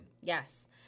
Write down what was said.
Yes